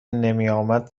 نمیآمد